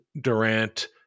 Durant